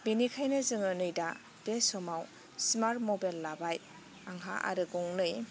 बेनिखायनो जोङो नै दा बे समाव स्मार्ट मबाइल लाबाय आंहा आरो गंनै